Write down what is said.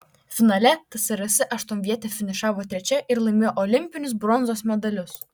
finale tsrs aštuonvietė finišavo trečia ir laimėjo olimpinius bronzos medalius